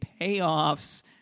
payoffs